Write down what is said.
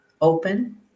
open